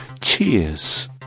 Cheers